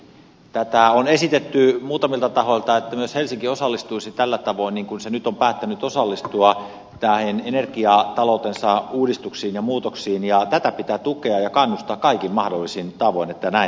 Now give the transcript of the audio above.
tätä on esitetty muutamilta tahoilta että myös helsinki osallistuisi tällä tavoin niin kuin se nyt on päättänyt osallistua näihin energiataloutensa uudistuksiin ja muutoksiin ja tätä pitää tukea ja kannustaa kaikin mahdollisin tavoin että näin tapahtuu